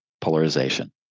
polarization